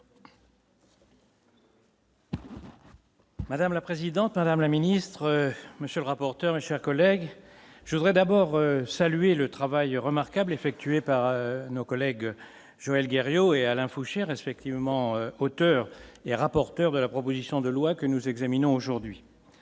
Madame la présidente, madame la ministre, monsieur le rapporteur, mes chers collègues, je voudrais d'abord saluer le travail remarquable effectué par nos collègues, Joël Gariod et Alain Fouché, respectivement auteur et rapporteur de la proposition de loi que nous examinons aujourd'hui.